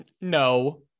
No